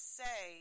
say